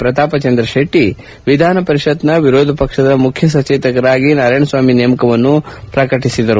ಪ್ರತಾಪಚಂದ್ರ ಶೆಟ್ಲಿ ವಿಧಾನ ಪರಿಷತ್ನ ವಿರೋಧ ಪಕ್ಷದ ಮುಖ್ಯಸಚೇತಕರಾಗಿ ನಾರಾಯಣಸ್ಥಾಮಿ ನೇಮಕ ವಿಷಯ ಪ್ರಕಟಿಸಿದರು